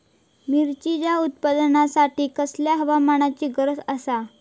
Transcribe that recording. मिरचीच्या उत्पादनासाठी कसल्या हवामानाची गरज आसता?